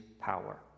power